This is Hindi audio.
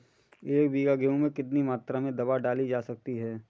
एक बीघा गेहूँ में कितनी मात्रा में दवा डाली जा सकती है?